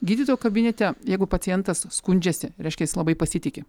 gydytojo kabinete jeigu pacientas skundžiasi reiškia jis labai pasitiki